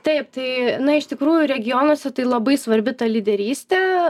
taip tai na iš tikrųjų regionuose tai labai svarbi ta lyderystė